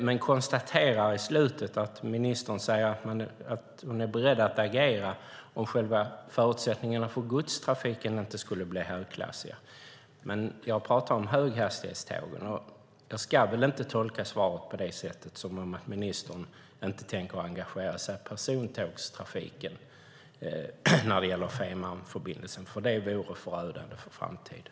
Men jag konstaterar att ministern i slutet av svaret säger att hon är beredd att agera om förutsättningarna för godstrafiken inte skulle bli högklassiga. Men jag pratar om höghastighetstågen. Jag ska väl inte tolka svaret så att ministern inte tänker engagera sig för persontågstrafiken när det gäller Fehmarnförbindelsen? Det vore förödande för framtiden.